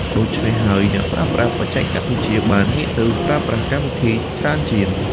ដូច្នេះហើយអ្នកប្រើប្រាស់បច្ចេកវិទ្យាបានងាកទៅប្រើប្រាស់កម្មវិធីច្រើនជាង។